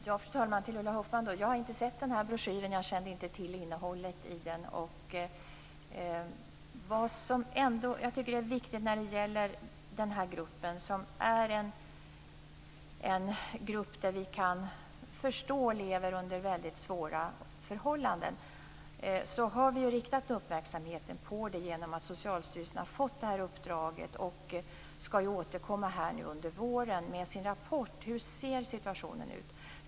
Fru talman! Jag har inte sett den broschyren, jag känner inte till innehållet i den. Vad som ändå är viktigt när det gäller den här gruppen, som är en grupp som vi kan förstå lever under väldigt svåra förhållanden, är att vi redan riktat uppmärksamheten på den genom att Socialstyrelsen har fått det här uppdraget och skall under våren återkomma med sin rapport om hur situationen ser ut.